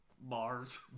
Bars